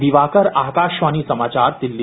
दिवाकर आकाशवाणी समाचार दिल्ली